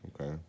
Okay